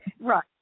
Right